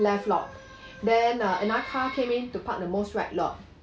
left lot then uh another car came in to park the most right lot